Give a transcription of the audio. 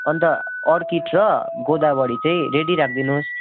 अन्त अर्किड र गोदावरी चाहिँ रेडी राखि दिनुहोस्